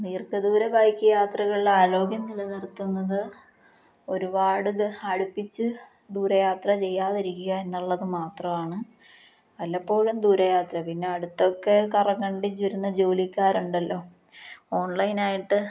നീർഘദൂര bike യാത്രകളിൽ ആരോഗ്യം നിലനിർത്തുന്നത് ഒരുപാട് അടുപ്പിച്ച് ദൂരയാത്ര ചെയ്യാതിരിക്കുക എന്നുള്ളത് മാത്രമാണ് വല്ലപ്പോഴും ദൂരയാത്ര പിന്നെ അടുത്തൊക്കെ കറങ്ങേണ്ടി വരുന്ന ജോലിക്കാറുണ്ടല്ലോ ഓൺലൈനായിട്ട്